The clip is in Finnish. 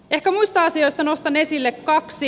ehkä muista asioista nostan esille kaksi